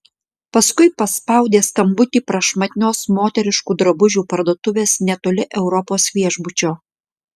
paskui paspaudė skambutį prašmatnios moteriškų drabužių parduotuvės netoli europos viešbučio